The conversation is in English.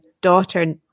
daughter